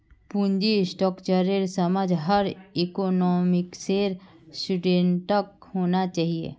पूंजी स्ट्रक्चरेर समझ हर इकोनॉमिक्सेर स्टूडेंटक होना चाहिए